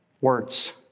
words